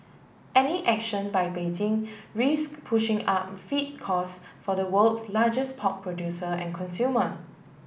any action by Beijing risk pushing up feed cost for the world's largest pork producer and consumer